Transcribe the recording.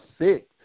sick